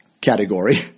category